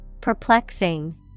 Perplexing